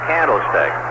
Candlestick